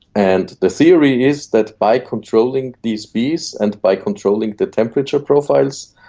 and the theory is that by controlling these bees and by controlling the temperature profiles,